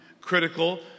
Critical